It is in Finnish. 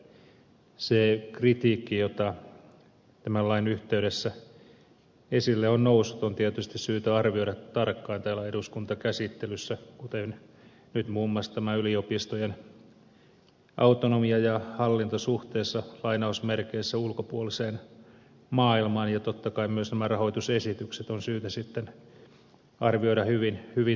se kritiikki jota tämän lain yhteydessä esille on noussut on tietysti syytä arvioida tarkkaan täällä eduskuntakäsittelyssä muun muassa tämä yliopistojen autonomia ja hallinto suhteessa ulkopuoliseen maailmaan ja totta kai myös nämä rahoitusesitykset on syytä sitten arvioida hyvin tarkkaan